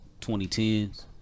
2010s